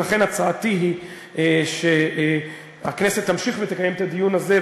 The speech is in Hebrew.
ולכן הצעתי היא שהכנסת תמשיך ותקיים את הדיון הזה,